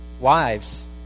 wives